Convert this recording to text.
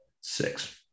six